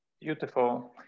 Beautiful